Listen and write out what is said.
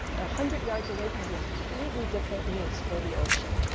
ah hundred yards away can be a completely different use for the ocean.